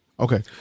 Okay